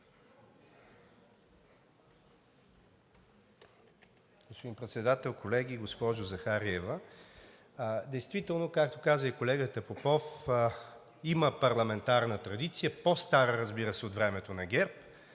Господин Председател, колеги! Госпожо Захариева, действително, както каза и колегата Попов, има парламентарна традиция по-стара, разбира се, от времето на ГЕРБ.